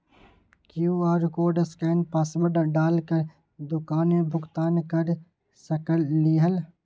QR code scan password डाल कर दुकान में भुगतान कर सकलीहल?